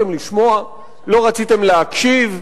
לא רציתם לשמוע, לא רציתם להקשיב,